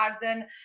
garden